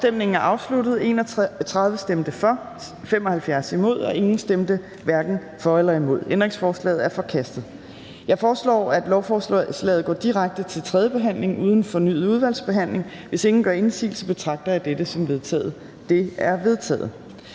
Orla Østerby (UFG) og Simon Emil Ammitzbøll-Bille (UFG)), hverken for eller imod stemte 0. Ændringsforslaget er forkastet. Jeg foreslår, at lovforslaget går direkte til tredje behandling uden fornyet udvalgsbehandling. Hvis ingen gør indsigelse, betragter dette som vedtaget. Det er vedtaget.